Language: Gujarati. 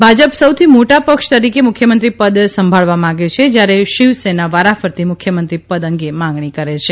ભાજપ સૌથી મોટા પક્ષ તરીકે મુખ્યમંત્રીપદ સંભાળવા માંગે છે જયારે શિવસેના વારાફરતી મુખ્યમંત્રીપદ અંગે માંગણી કરેછે